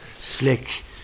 slick